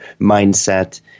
mindset